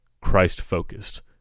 Christ-focused